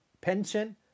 pension